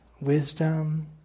Wisdom